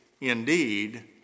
indeed